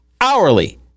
hourly